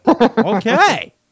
Okay